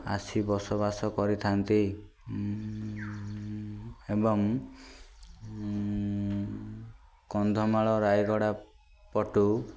ଆସି ବସବାସ କରିଥାନ୍ତି ଏବଂ କନ୍ଧମାଳ ରାୟଗଡ଼ା ପଟୁ